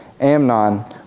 Amnon